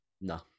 No